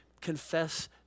confess